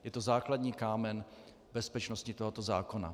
Je to základní kámen bezpečnosti tohoto zákona.